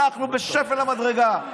אנחנו בשפל המדרגה.